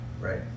right